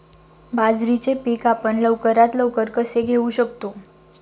बाजरीचे पीक आपण लवकरात लवकर कसे घेऊ शकतो?